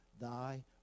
thy